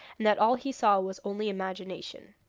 and that all he saw was only imagination.